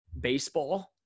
baseball –